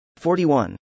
41